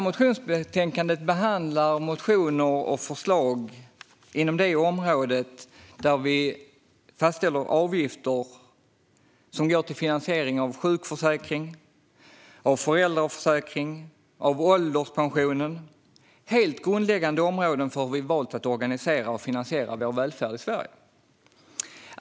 Motionsbetänkandet behandlar motioner och förslag inom det område där vi fastställer avgifter som går till finansiering av sjukförsäkring, föräldraförsäkring och ålderspension. Det är helt grundläggande områden för hur vi har valt att organisera och finansiera vår välfärd i Sverige.